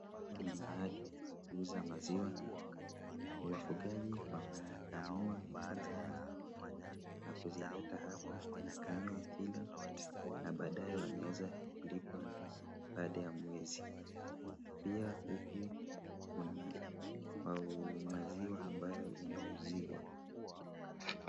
Hapa ni mahali pa kuuza maziwa, wafugaji wanakamua ng'ombe zao na kuzileta hapa, wnapimiwa kilo na badaye wanaweza kulipwa baada ya mwezi. Pia huku kuna maziwa ambayo inauziwa.